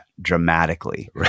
dramatically